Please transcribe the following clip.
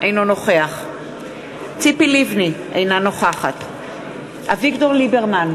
אינו נוכח ציפי לבני, אינה נוכחת אביגדור ליברמן,